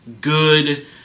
good